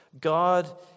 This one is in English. God